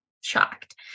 shocked